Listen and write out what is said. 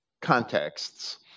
contexts